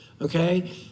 okay